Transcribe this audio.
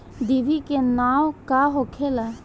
डिभी के नाव का होखेला?